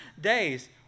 days